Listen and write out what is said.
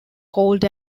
called